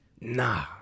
nah